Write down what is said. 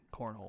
Cornhole